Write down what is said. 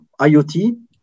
IoT